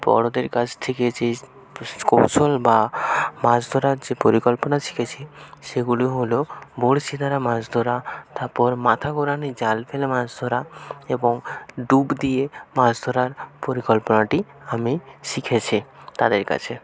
বড়দের কাছ থেকে যে কৌশল বা মাছ ধরার যে পরিকল্পনা শিখেছি সেগুলি হল বরশির দ্বারা মাছ ধরা তারপর মাথা ঘোরানি জাল ফেলে মাছ ধরা এবং ডুব দিয়ে মাছ ধরার পরিকল্পনাটি আমি শিখেছি তাদের কাছে